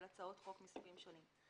הצעות חוק מסוגים שונים בשנים האחרונות,